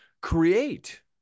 create